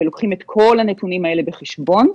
ולוקחים את כל הנתונים האלה בחשבון,